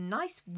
nice